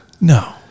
No